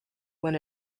win